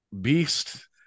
beast